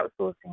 outsourcing